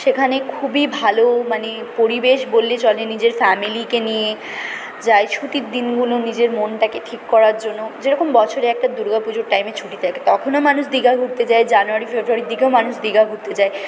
সেখানে খুবই ভালো মানে পরিবেশ বললে চলে নিজের ফ্যামিলিকে নিয়ে যায় ছুটির দিনগুলো নিজের মনটাকে ঠিক করার জন্য যেরকম বছরে একটা দুর্গা পুজোর টাইমে ছুটি থাকে তখনও মানুষ দিঘা ঘুরতে যায় জানুয়ারি ফেব্রুয়ারির দিকেও মানুষ দিঘা ঘুরতে যায়